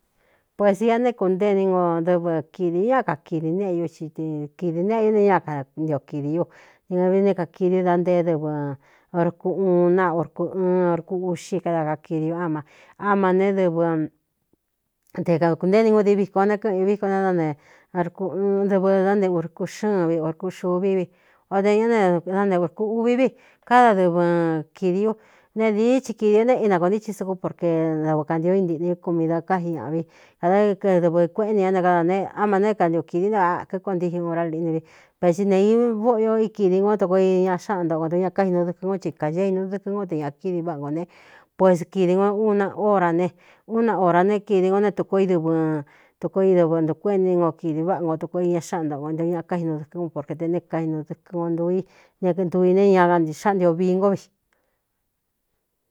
Pues dia néé kuntée ni nko dɨvɨ kidī ú ña kakidi neꞌñu i kidī neꞌeiu ne ña kantio kīdī u ne ñavdi né kākidí ú da nteé dɨvɨ orku uun inaa orku ɨɨn orkú uꞌxi kada kakidi ú á ma áma né dɨte kūntée ni ngu dií viko nékɨꞌɨn u viko dɨvɨ dá nteūrku xɨ́ɨn vi orkú xuvi vi o de ñá nedá nteꞌūrku uvi vi káda dɨvɨ kīdi ú ne dīí thi kīdi u néꞌ i nakoontíthin sukú porke dɨvɨ kāntió i ntīꞌni ú ku mi do kái ñaꞌa vi kada ɨdɨvɨ̄ kuéꞌ ni ña ne áda ne áma nēé kantio kīdi ú ne akɨko ntíxin orá liꞌni vi ve tsi nē ī vóꞌoyo ikīdi ngo tukoo iña xáꞌa ntoo ku n ntoé ña káinu dɨkɨno chi kāñé inu dɨkɨ́ nko te ña kídi váꞌa ngō ne pues kidī ngo uuna órā ne un naa orā ne kīdi ngo né tuko idɨvɨ tuko i dɨvɨ ntukuéꞌeni ngo kidi váꞌa ngo tukoo iña xáꞌan ntoꞌo ko nté o ña káinu dɨkɨ́nko porke te né kainu dɨkɨ no ntuu í ñantui ne ña nxáꞌantio viī ngó vi.